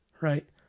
Right